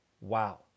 Wow